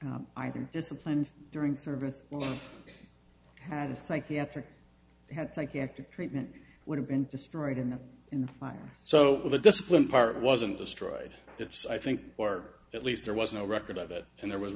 either disciplined during service of the psychiatric had psychiatric treatment would have been destroyed in the in line so the discipline part wasn't destroyed it's i think or at least there was no record of it and there was